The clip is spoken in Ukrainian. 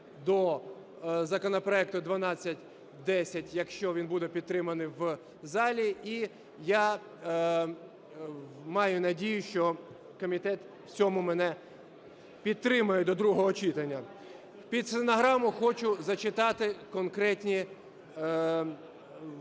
до законопроекту 1210, якщо він буде підтриманий в залі. І я маю надію, що комітет в цьому мене підтримає до другого читання. Під стенограму хочу зачитати конкретні поправки.